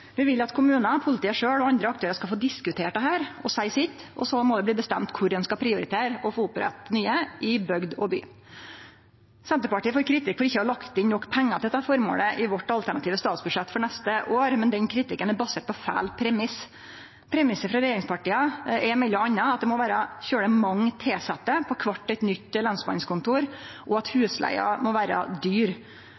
Vi vil at kommunar, politiet sjølv og andre aktørar skal få diskutere dette og seie sitt, og så må det bli bestemt kvar ein skal prioritere å få opprette nye i bygd og by. Senterpartiet får kritikk for ikkje å ha lagt inn nok pengar til dette føremålet i vårt alternative statsbudsjett for neste år, men den kritikken er basert på feil premiss. Premissen frå regjeringspartia er m.a. at det må vere veldig mange tilsette på kvart eit nytt lensmannskontor, og at